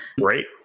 Great